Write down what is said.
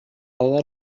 lot